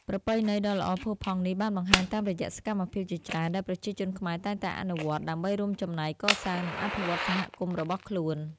ប្រពៃណីដ៏ល្អផូរផង់នេះបានបង្ហាញតាមរយៈសកម្មភាពជាច្រើនដែលប្រជាជនខ្មែរតែងតែអនុវត្តន៍ដើម្បីរួមចំណែកកសាង និងអភិវឌ្ឍន៍សហគមន៍របស់ខ្លួន។